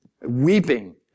weeping